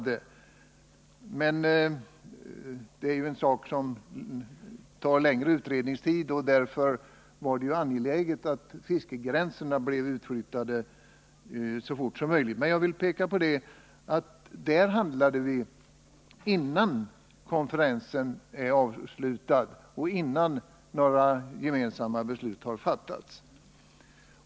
Frågan om ekonomisk zon kräver emellertid lång utredningstid, och det var angeläget att fiskegränserna blev utflyttade så snart som möjligt. Jag vill ändå peka på att när det gällde fiskegränserna handlade vi innan konferensen avslutats och innan några gemensamma beslut hade fattats.